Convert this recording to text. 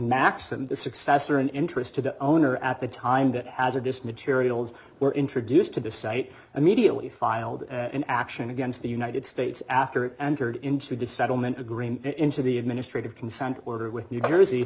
max and the successor in interest to the owner at the time that as a distant teary holes were introduced to the site immediately filed an action against the united states after entered into to settle ment a green into the administrative consent order with new jersey